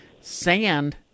Sand